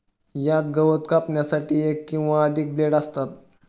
यात गवत कापण्यासाठी एक किंवा अधिक ब्लेड असतात